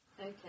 Okay